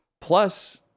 Plus